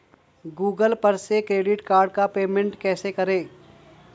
Google पर से credit card का पेमेंट कैसे करें?